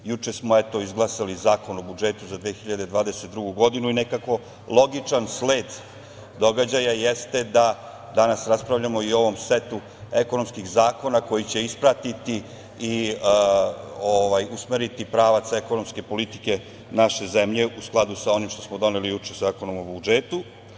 Juče smo izglasali Zakon o budžetu za 2022. godinu i nekako, logičan sled događaja jeste da danas raspravljamo i o ovom setu ekonomskih zakona koji će ispratiti i usmeriti pravac ekonomske politike naše zemlje u skladu sa onim što smo doneli juče Zakonom o budžetu.